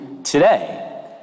Today